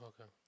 Okay